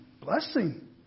blessing